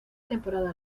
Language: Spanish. temporada